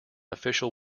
official